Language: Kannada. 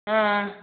ಹಾಂ ಹಾಂ